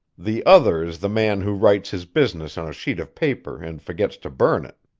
the other is the man who writes his business on a sheet of paper and forgets to burn it.